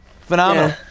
Phenomenal